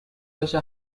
بشه